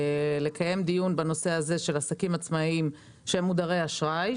לקיים דיון בנושא הזה של עסקים עצמאיים שהם מודרי אשראי,